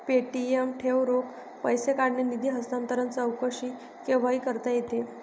ATM ठेव, रोख पैसे काढणे, निधी हस्तांतरण, चौकशी केव्हाही करता येते